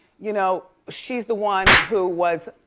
you know she's the one who was.